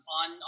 on